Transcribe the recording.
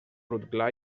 rotglà